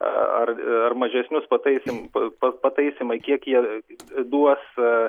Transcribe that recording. ar mažesnius patasym pataisymai kiek jie duos